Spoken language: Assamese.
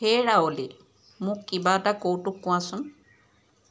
হেৰা অ'লি মোক কিবা এটা কৌতুক কোৱাচোন